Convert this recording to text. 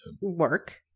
work